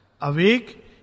Awake